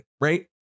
right